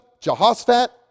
Jehoshaphat